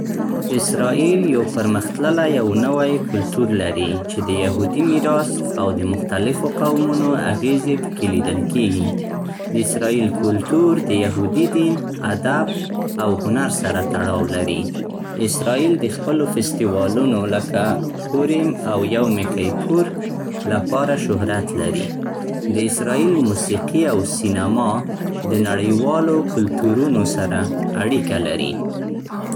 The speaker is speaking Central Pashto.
اسرائیل یو پرمختللی او نوی کلتور لري چې د یهودي میراث او د مختلفو قومونو اغیزې پکې ليدل کېږي. د اسرائیل کلتور د یهودي دین، ادب، او هنر سره تړاو لري. اسرائیل د خپلو فستیوالونو لکه پوریم او یوم کیپور لپاره شهرت لري. د اسرائیل موسیقي او سینما د نړیوالو کلتورونو سره اړیکه لري.